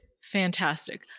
fantastic